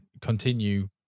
continue